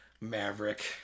Maverick